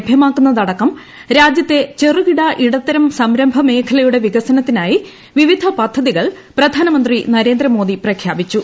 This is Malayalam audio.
ലഭ്യമാക്കുന്നതടക്കം രാജ്യത്തെ ചെറുകിട ഇടത്തരം സംരംഭ മേഖലയുടെ വികസനത്തിനായി വിവിധ പദ്ധതികൾ പ്രധാനമന്ത്രി നരേന്ദ്രമോദി പ്രഖ്യാപിച്ചു